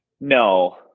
no